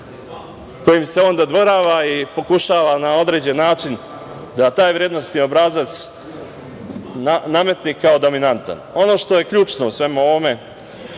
kojim se on dodvorava i pokušava na određen način da taj vrednosni obrazac, nametne kao dominatno. Ono što je ključno u svemu ovome,